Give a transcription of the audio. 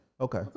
Okay